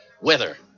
weather